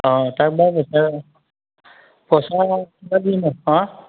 অঁ তাক